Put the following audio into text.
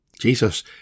Jesus